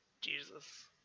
Jesus